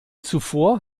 zuvor